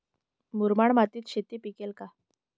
मुरमाड मातीत शेती पिकेल का?